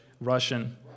Russian